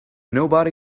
nobody